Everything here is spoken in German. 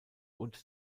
und